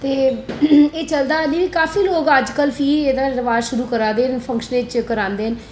ते एह् चलदा काफी लोग अज्जकल फ्ही एह्दा रवाज शुरू करा दे न फक्शनें च करा दे न